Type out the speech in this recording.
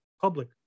public